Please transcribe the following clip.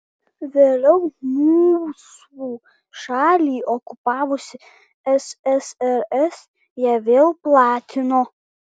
vėliau mūsų šalį okupavusi ssrs ją vėl platino